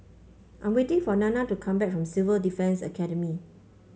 I'm waiting for Nanna to come back from Civil Defence Academy